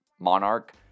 Monarch